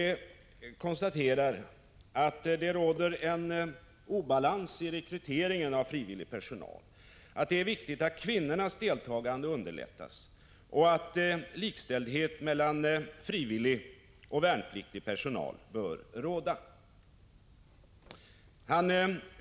ÖB konstaterar i denna att det råder en obalans i rekryteringen av frivillig personal, att det är viktigt att kvinnornas deltagande underlättas och att likställdhet mellan frivillig och värnpliktig personal bör råda.